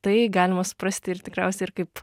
tai galima suprasti ir tikriausiai ir kaip